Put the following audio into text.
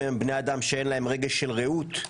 בני האדם שאין להם רגש של רעות,